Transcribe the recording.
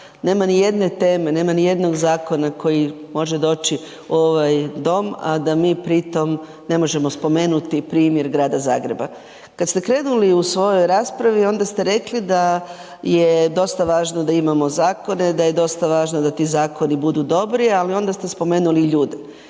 Nema nijedne teme, nema nijednog zakona koji može doći u ovaj Dom, a da mi pri tom ne možemo spomenuti primjer grada Zagreba. Kada ste krenuli u svojoj raspravi onda ste rekli da je dosta važno da imamo zakone, da je dosta važno da ti zakoni budu dobri, ali onda ste spomenuli ljude.